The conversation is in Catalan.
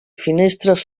finestres